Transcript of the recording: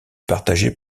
partagée